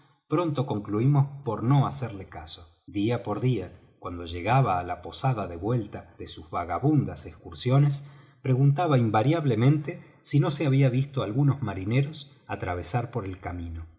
pronto concluimos por no hacerle caso día por día cuando llegaba á la posada de vuelta de sus vagabundas excursiones preguntaba invariablemente si no se había visto algunos marineros atravesar por el camino